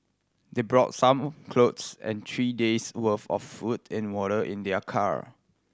they brought some cloth and three day's worth of food and water in their car